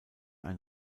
ein